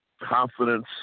confidence